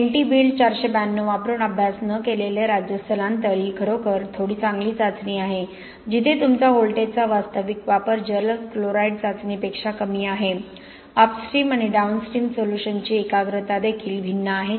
NT build 492 वापरून अभ्यास न केलेले राज्य स्थलांतर ही खरोखर थोडी चांगली चाचणी आहे जिथे तुमचा व्होल्टेजचा वास्तविक वापर जलद क्लोराईड चाचणीपेक्षा कमी आहे अपस्ट्रीम आणि डाउनस्ट्रीम सोल्यूशन्सची एकाग्रता देखील भिन्न आहे